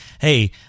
hey